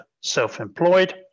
self-employed